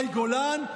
מאי גולן,